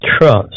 trust